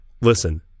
listen